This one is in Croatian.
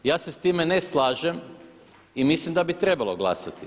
Ja se s time ne slažem i mislim da bi trebalo glasati.